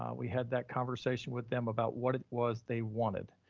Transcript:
we had that conversation with them about what it was they wanted.